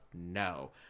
no